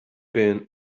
been